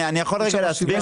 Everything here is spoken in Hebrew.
אני יכול רגע להסביר?